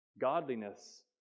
Godliness